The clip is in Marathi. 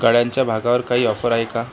गाळ्यांच्या भागावर काही ऑफर आहे का